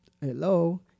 hello